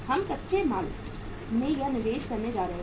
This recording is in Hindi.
हम कच्चे माल में यह निवेश करने जा रहे हैं